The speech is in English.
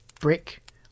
brick